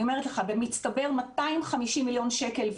אני אומרת לך, במצטבר, 250 מיליון שקל.